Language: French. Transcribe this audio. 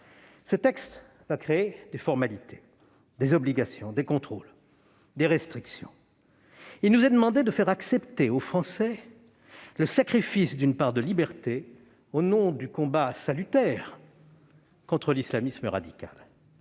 Ce texte va créer des formalités, des obligations, des contrôles, des restrictions. Il nous est demandé de faire accepter aux Français le sacrifice d'une part de liberté au nom du combat, salutaire, contre l'islamisme radical.